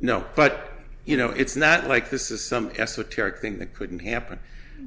know but you know it's not like this is some esoteric thing that couldn't happen